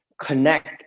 connect